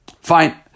Fine